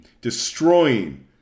destroying